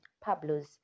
pablo's